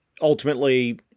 ultimately